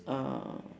uh